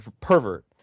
pervert